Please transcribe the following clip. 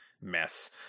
mess